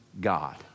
God